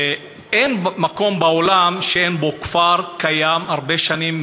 אין מקום בעולם שיש בו כפר שקיים הרבה שנים,